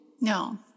No